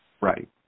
Right